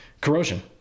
corrosion